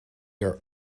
are